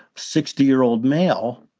sixty year old male,